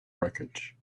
wreckage